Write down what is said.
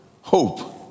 Hope